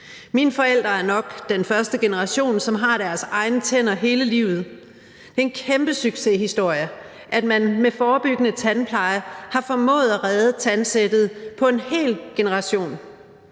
Mine forældre er nok den første generation, som har deres egne tænder hele livet. Det er en kæmpe succeshistorie, at man med forebyggende tandpleje har formået at redde tandsættet for en hel generation.